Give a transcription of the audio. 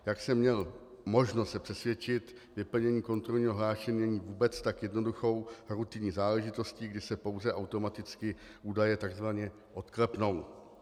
Jak jsem měl možnost se přesvědčit, vyplnění kontrolního hlášení není vůbec tak jednoduchou rutinní záležitostí, kdy se pouze automaticky údaje takzvaně odklepnou.